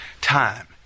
time